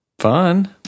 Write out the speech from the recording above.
fun